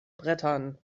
brettern